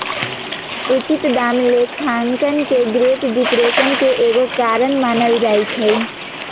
उचित दाम लेखांकन के ग्रेट डिप्रेशन के एगो कारण मानल जाइ छइ